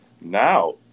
Now